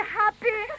happy